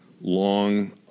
long